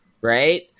right